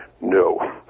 no